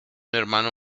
hermano